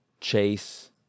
chase